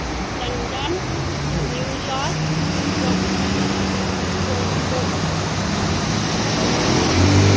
London New York ट्रों Toronto